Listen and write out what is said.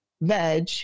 veg